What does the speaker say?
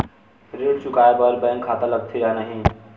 ऋण चुकाए बार बैंक खाता लगथे या नहीं लगाए?